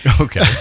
okay